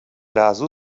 razu